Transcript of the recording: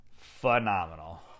phenomenal